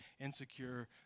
insecure